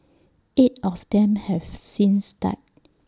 eight of them have since died